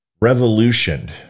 revolution